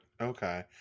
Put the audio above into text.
Okay